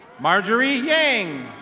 marjorie yang.